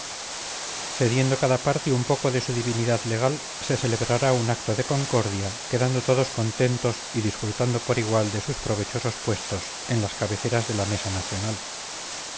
cediendo cada parte un poco de su divinidad legal se celebrará un acto de concordia quedando todos contentos y disfrutando por igual de sus provechosos puestos en las cabeceras de la mesa nacional